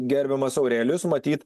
gerbiamas aurelijus matyt